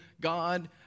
God